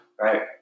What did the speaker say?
Right